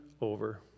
over